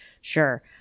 sure